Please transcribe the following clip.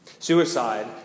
Suicide